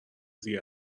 دیگه